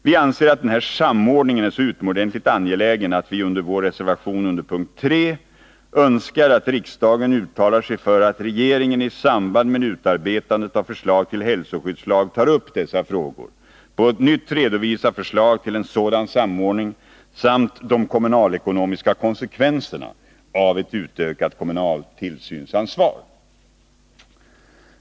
Vi anser att den här samordningen är så utomordentligt angelägen att vi i vår reservation under punkt 3 önskar att riksdagen uttalar sig för att regeringen i samband med utarbetandet av förslag till hälsoskyddslag tar upp dessa frågor på nytt, redovisar förslag till en sådan samordning samt de kommunalekonomiska konsekvenserna av ett utökat kommunalt tillsynsansvar.